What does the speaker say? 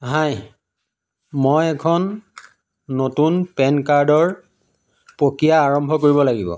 হাই মই এখন নতুন পেন কাৰ্ডৰ প্ৰক্ৰিয়া আৰম্ভ কৰিব লাগিব